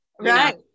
Right